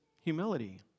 humility